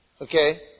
Okay